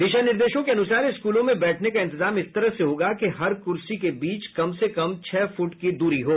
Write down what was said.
दिशा निर्देशों के अनुसार स्कूलों में बैठने का इंतजाम इस तरह से होगा कि हर कुर्सी के बीच कम से कम छह फुट की दूरी हो